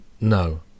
No